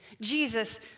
Jesus